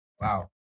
Wow